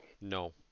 No